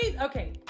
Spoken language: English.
okay